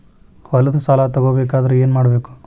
ಹೊಲದ ಸಾಲ ತಗೋಬೇಕಾದ್ರೆ ಏನ್ಮಾಡಬೇಕು?